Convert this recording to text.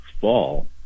fall